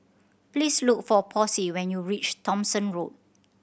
please look for Posey when you reach Thomson Road